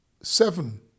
seven